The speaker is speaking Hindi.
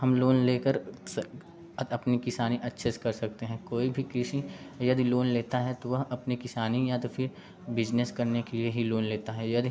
हम लोन लेकर अपनी किसानी अच्छे से कर सकते हैं कोई भी कृषि यदि लोन लेता है तो वह अपने किसानी या तो फिर बिजनेस करने के लिए ही लोन लेता है यदि